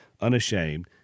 unashamed